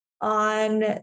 on